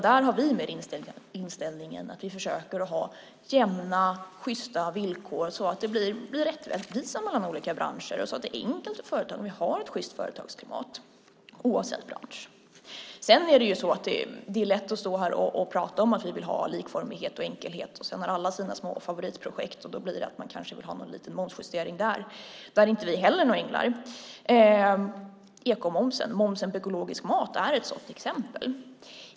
Där har vi mer inställningen att försöka ha jämna sjysta villkor så att det blir rättvisa mellan olika branscher och så att det är enkelt för företagen och vi har ett sjyst företagsklimat oavsett bransch. Det är lätt att stå här och säga sig vilja ha likformighet och enkelhet. Men när alla har sina små favoritprojekt blir det kanske så att man vill ha en liten momsjustering. Där är inte heller vi några änglar. Ekomomsen, momsen på ekologisk mat, är ett sådant exempel.